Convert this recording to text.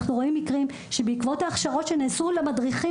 אנחנו רואים מקרים שבעקבות ההכשרות שנעשו למדריכים